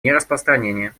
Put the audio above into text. нераспространения